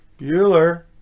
Bueller